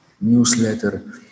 newsletter